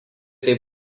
tai